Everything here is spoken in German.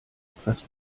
etwas